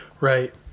right